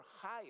higher